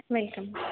welcome ma'am